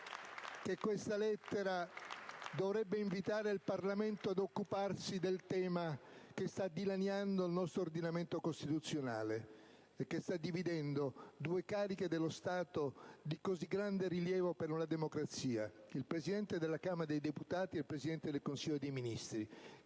che questa lettera dovrebbe invitare il Parlamento ad occuparsi del tema che sta dilaniando il nostro ordinamento costituzionale e dividendo due cariche dello Stato di così grande rilievo per una democrazia, il Presidente della Camera dei deputati e il Presidente del Consiglio dei ministri,